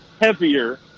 heavier